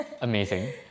amazing